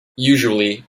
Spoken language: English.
usually